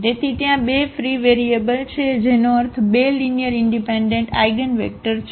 તેથી ત્યાં બે ફ્રી વેરિયેબલ છે જેનો અર્થ 2 લીનીઅરઇનડિપેન્ડન્ટ આઇગનવેક્ટર છે